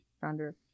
founder